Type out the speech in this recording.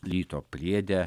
ryto priede